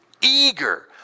eager